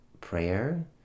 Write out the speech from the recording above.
prayer